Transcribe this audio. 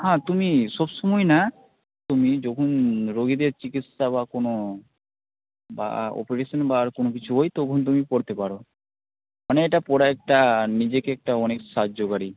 হাঁ তুমি সব সময় না তুমি যখন রোগীদের চিকিৎসা বা কোনো বা ওপারেশান বা আরো কোনো কিছু ঐ তখন তুমি পরতে পারো মানে এটা পরা একটা নিজেকে একটা অনেক সাহায্যকারী